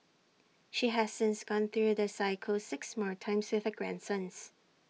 she has since gone through the cycle six more times with her grandsons